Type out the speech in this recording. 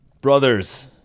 Brothers